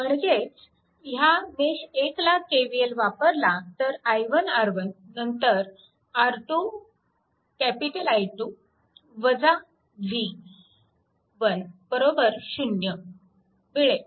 म्हणजेच ह्या मेश 1 ला KVL वापरला तर i1 R1 नंतर R2 I2 v1 0 मिळेल